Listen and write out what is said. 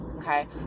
Okay